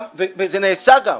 וזה נעשה גם.